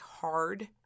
hard